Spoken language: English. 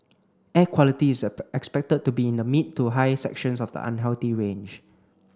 air quality is expected to be in the mid to high sections of the unhealthy range